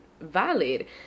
valid